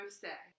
say